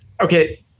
okay